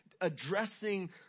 addressing